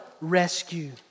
rescue